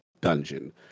dungeon